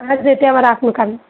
अझै त्यहाँबाट आफ्नो काम